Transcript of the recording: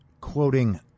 quoting